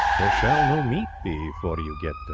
there shall no meat be for you gete,